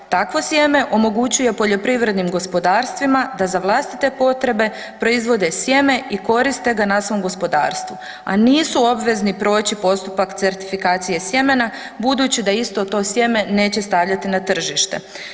Takvo sjeme omogućuje poljoprivrednim gospodarstvima da za vlastite potrebe proizvode sjeme i koriste ga na svom gospodarstvu, a nisu obvezni proći postupak certifikacije sjemena budući da isto to sjeme neće stavljati na tržište.